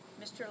Mr